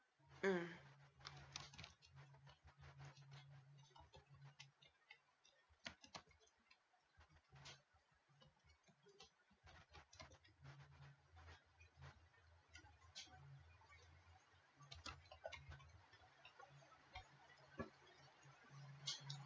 mm